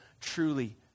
Truly